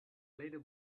little